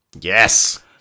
Yes